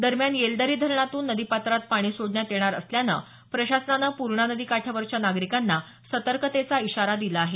दरम्यान येलदरी धरणातून नदीपात्रात पाणी सोडण्यात येणार असल्यानं प्रशासनाने पूर्णा नदी काठावरच्या नागरिकांना सतर्कतेचा इशारा दिला आहे